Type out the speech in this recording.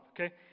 okay